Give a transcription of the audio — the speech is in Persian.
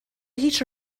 هیچ